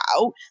out